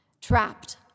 trapped